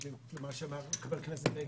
מה שאמר חבר הכנסת בגין,